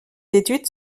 études